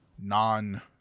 non